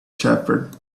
shepherd